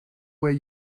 where